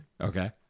Okay